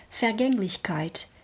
Vergänglichkeit